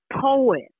poet